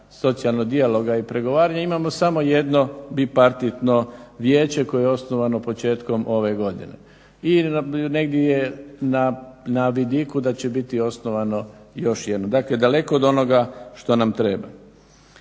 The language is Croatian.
socijalnog dijaloga i pregovaranja imamo samo jedno bipartitno vijeće koje je osnovano početkom ove godine i negdje je na vidiku da će biti osnovano još jedno. Dakle daleko od onoga što nam treba.